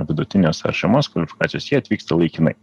vidutinės ar žemos kvalifikacijos jie atvyksta laikinai